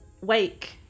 wake